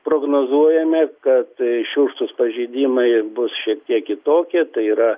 prognozuojame kad šiurkštūs pažeidimai bus šiek tiek kitokie tai yra